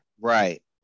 right